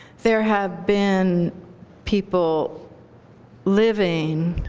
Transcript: there have been people living